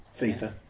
FIFA